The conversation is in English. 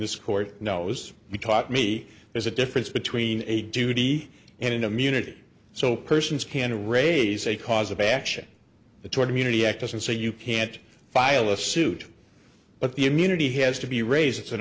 this court knows we taught me there's a difference between a duty and immunity so persons can raise a cause of action toward immunity act doesn't say you can't file a suit but the immunity has to be raised it's an